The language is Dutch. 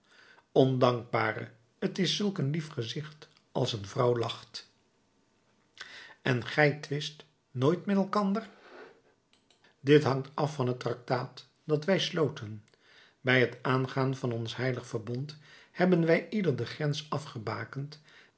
ondankbare t is zulk een lief gezicht als een vrouw lacht en gij twist nooit met elkander dit hangt af van het tractaat dat wij sloten bij het aangaan van ons heilig verbond hebben wij ieder de grens afgebakend